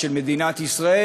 של מדינת ישראל.